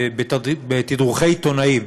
בתדרוכי עיתונאים,